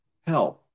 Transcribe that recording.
help